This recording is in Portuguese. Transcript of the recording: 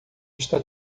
está